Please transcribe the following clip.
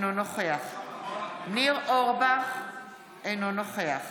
אינו נוכח ניר אורבך, אינו נוכח